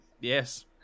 Yes